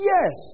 Yes